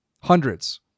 Hundreds